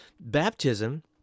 Baptism